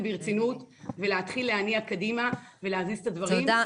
ברצינות ולהתחיל להניע קדימה ולהזיז את הדברים,